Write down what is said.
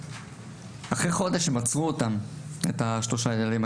אחרי חודש עצרו את שלושת הילדים.